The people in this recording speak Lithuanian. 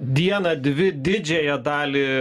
dieną dvi didžiąją dalį